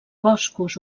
boscos